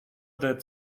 that